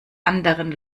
anderen